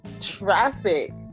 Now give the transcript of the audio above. traffic